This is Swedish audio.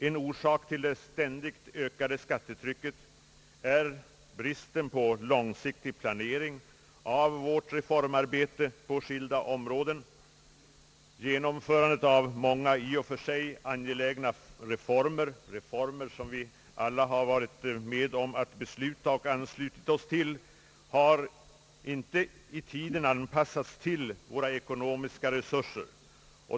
En orsak till det ständigt ökade skattetrycket är bristen på långsiktig planering av vårt reformarbete på skilda områden. Genomförandet av många i och för sig angelägna reformer — reformer som vi alla har anslutit oss till — har inte i tiden anpassats till våra ekonomiska resurser.